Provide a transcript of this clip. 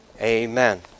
Amen